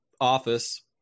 office